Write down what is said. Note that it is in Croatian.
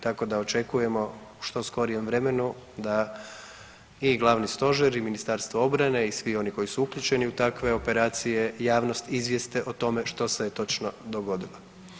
Tako da očekujemo u što skorijem vremenu da i Glavni stožer i Ministarstvo obrane i svi oni koji su uključeni u takve operacije javnost izvijeste o tome što se je točno dogodilo.